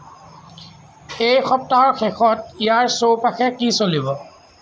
এই সপ্তাহৰ শেষত ইয়াৰ চৌপাশে কি চলিব